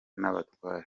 n’abatware